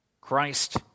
Christ